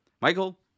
Michael